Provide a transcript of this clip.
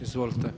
Izvolite.